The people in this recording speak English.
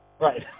Right